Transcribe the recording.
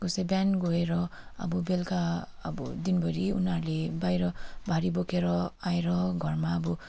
कसै बिहान गएर अब बेलुका अब दिनभरि उनीहरूले बाहिर भारी बोकेर आएर घरमा अब